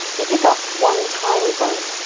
you pick up one tiny bone,